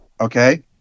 okay